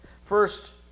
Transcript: First